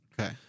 Okay